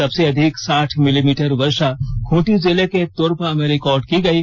सबसे अधिक साठ मिलीमीटर वर्षा खूंटी जिले के तोरपा में रिकॉर्ड की गयी